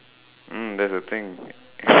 mm that's the thing